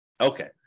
Okay